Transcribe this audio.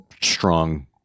strong